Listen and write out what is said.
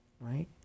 right